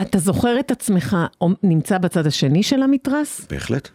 אתה זוכר את עצמך עומ.. נמצא בצד השני של המתרס? - בהחלט.